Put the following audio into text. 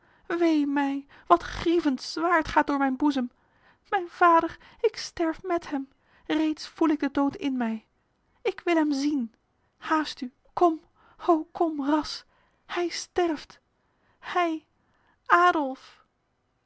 wee mij wat grievend zwaard gaat door mijn boezem mijn vader ik sterf met hem reeds voel ik de dood in mij ik wil hem zien haast u kom o kom ras hij sterft hij adolf